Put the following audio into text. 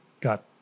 got